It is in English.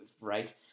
right